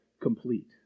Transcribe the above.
complete